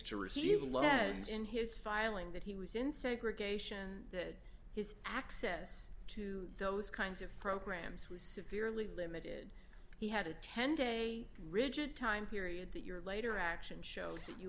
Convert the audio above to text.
to receive d a lot as in his filing that he was in segregation and that his access to those kinds of programs was severely limited he had a ten day rigid time period that your later action show